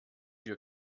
wir